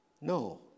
No